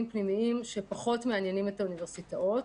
פנימיים שפחות מעניינים את האוניברסיטאות.